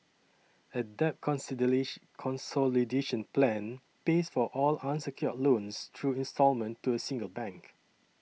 a debt consolidation plan pays for all unsecured loans through instalment to a single bank